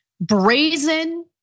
brazen